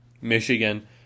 Michigan